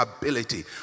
ability